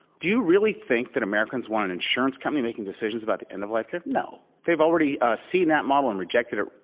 do you really think that americans want an insurance company making decisions about the end of life care? no. they've already seen that model and rejected it